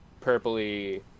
purpley